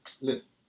listen